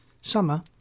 Summer